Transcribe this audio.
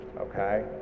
Okay